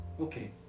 Okay